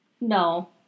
No